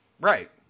right